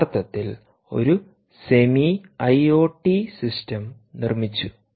യഥാർത്ഥത്തിൽ ഒരു semi IoT system നിർമ്മിച്ചു